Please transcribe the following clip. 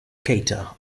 keita